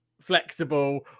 flexible